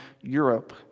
Europe